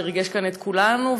שריגש כאן את כולנו,